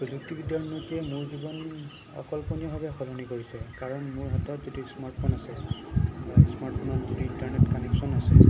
প্ৰযুক্তিবিদ্যাৰ উন্নতিয়ে মোৰ জীৱন অকল্পনীয়ভাৱে সলনি কৰিছে কাৰণ মোৰ হাতত যিটো স্মাৰ্ট ফোন আছে বা স্মাৰ্ট ফোনত যিটো ইন্টাৰনেট কানেকচন আছে